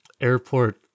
airport